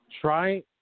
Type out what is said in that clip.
Try